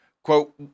Quote